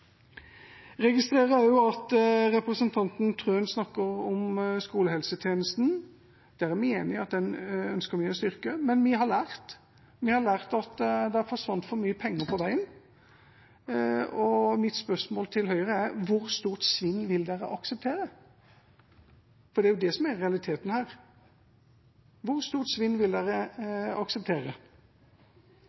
registrerer også at representanten Wilhelmsen Trøen snakker om skolehelsetjenesten. Jeg mener at den ønsker vi å styrke, men vi har lært at det forsvant for mye penger på veien. Og mitt spørsmål til Høyre er: Hvor stort svinn vil dere akseptere? For det er jo det som er realiteten her.